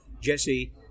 Jesse